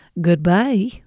goodbye